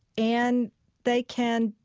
and they can,